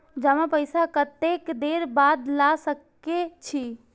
जमा पैसा कतेक देर बाद ला सके छी?